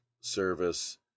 service